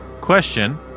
question